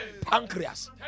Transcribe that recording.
Pancreas